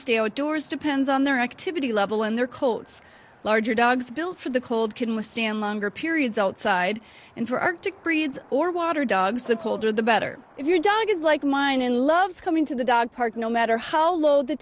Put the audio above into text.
outdoors depends on their activity level and their coats larger dogs built for the cold can withstand longer periods outside and for arctic breeds or water dogs the colder the better if your dog is like mine and loves coming to the dog park no matter how low the